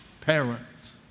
parents